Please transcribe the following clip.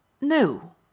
No